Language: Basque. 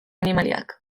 animaliak